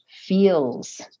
feels